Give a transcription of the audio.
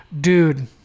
dude